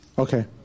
Okay